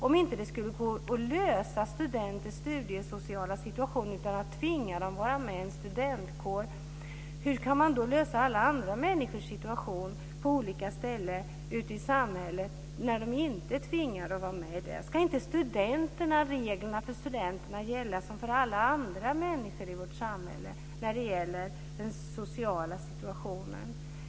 Om det inte skulle gå att lösa studenters studiesociala situation utan att tvinga dem att vara med i en studentkår, hur kan man då lösa alla andra människors situation på olika ställen ute i samhället när de inte är tvingade till något sådant? Ska inte reglerna för studenterna gälla som för alla andra människor i vårt samhälle beträffande den sociala situationen?